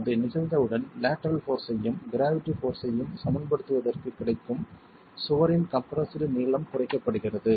அது நிகழ்ந்தவுடன் lateral force ஐயும் க்ராவிட்டி போர்ஸ் ஐயும் சமன்படுத்துவதற்குக் கிடைக்கும் சுவரின் கம்ப்ரெஸ்டு நீளம் குறைக்கப்படுகிறது